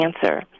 cancer